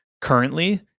currently